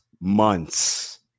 months